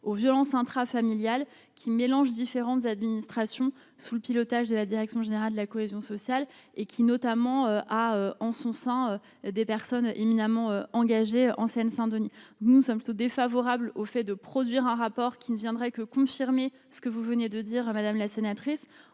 aux violences intrafamiliales qui mélange différentes administrations sous le pilotage de la direction générale de la cohésion sociale et qui notamment a en son sein des personnes éminemment engagé en Seine-Saint-Denis, nous sommes plutôt défavorable au fait de produire un rapport qui ne viendrait que confirmer ce que vous venez de dire à madame la sénatrice